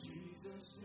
Jesus